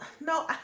No